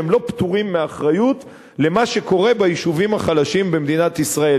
שהם לא פטורים מאחריות למה שקורה ביישובים החלשים במדינת ישראל.